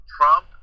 Trump